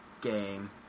game